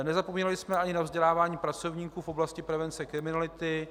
Nezapomněli jsme ani na vzdělávání pracovníků v oblasti prevence kriminality.